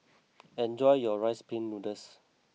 enjoy your Rice Pin Noodles